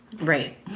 Right